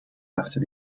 after